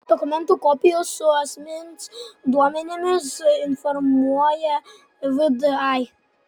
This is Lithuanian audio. dokumentų kopijos su asmens duomenimis informuoja vdai